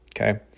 Okay